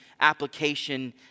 application